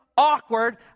Awkward